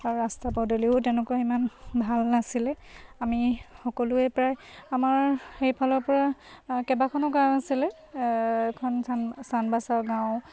আৰু ৰাস্তা পদূলিও তেনেকুৱা ইমান ভাল নাছিলে আমি সকলোৱে প্ৰায় আমাৰ সেইফালৰপৰা কেইবাখনো গাঁও আছিলে এখন চান চান্দ বাচাও গাওঁ